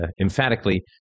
emphatically